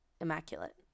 immaculate